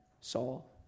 Saul